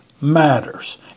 matters